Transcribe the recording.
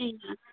ए